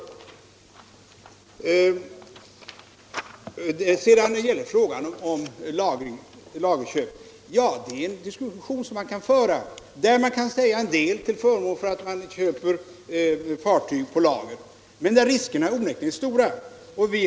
Sedan till frågan om lagerköp! Ja, det är en diskussion som man kan föra, där man kan säga en del till förmån för att bygga fartyg på lager men där riskerna onekligen är stora.